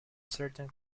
certain